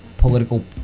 Political